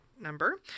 Number